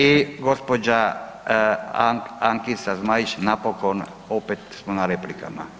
I gospođa Ankica Zmajić napokon opet smo na replikama.